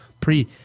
Pre